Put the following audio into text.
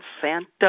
Santa